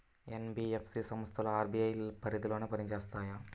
NBFC సంస్థలు RBI పరిధిలోనే పని చేస్తాయా?